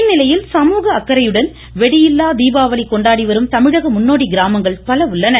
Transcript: இந்நிலையில் சமூக அக்கறையுடன் வெடியில்லா தீபாவளி கொண்டாடி வரும் தமிழக முன்னோடி கிராமங்கள் பல உள்ளன